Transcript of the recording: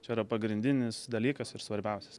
čia yra pagrindinis dalykas ir svarbiausias